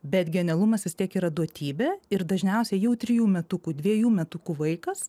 bet genialumas vis tiek yra duotybė ir dažniausiai jau trijų metukų dvejų metukų vaikas